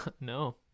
No